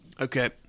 Okay